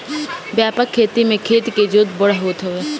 व्यापक खेती में खेत के जोत बड़ होत हवे